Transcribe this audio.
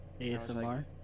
ASMR